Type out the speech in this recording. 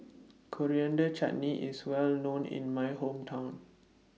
Coriander Chutney IS Well known in My Hometown